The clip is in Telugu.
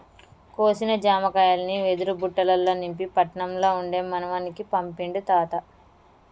కోసిన జామకాయల్ని వెదురు బుట్టలల్ల నింపి పట్నం ల ఉండే మనవనికి పంపిండు తాత